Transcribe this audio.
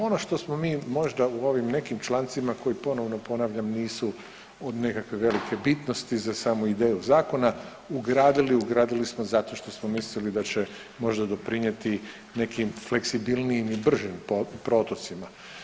Ono što smo mi možda u ovim nekim člancima koji ponovno ponavljam nisu od nekakve velike bitnosti za samu ideju zakona ugradili, ugradili smo zato što smo mislili da će možda doprinijeti nekim fleksibilnijim i bržim protocima.